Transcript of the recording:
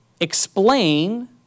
explain